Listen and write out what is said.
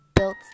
Built